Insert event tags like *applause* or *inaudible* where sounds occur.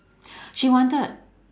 *breath* she wanted